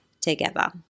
together